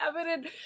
evident